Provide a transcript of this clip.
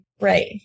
Right